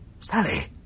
Sally